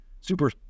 super